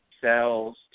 cells